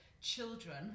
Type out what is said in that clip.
children